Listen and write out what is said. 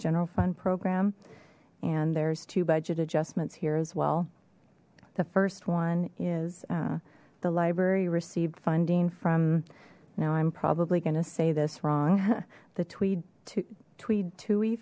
general fund program and there's two budget adjustments here as well the first one is the library received funding from now i'm probably going to say this wrong the tweed tw